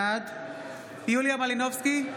בעד יוליה מלינובסקי,